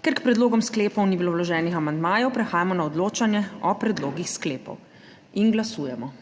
Ker k predlogom sklepov ni bilo vloženih amandmajev, prehajamo na odločanje o predlogih sklepov. Glasujemo.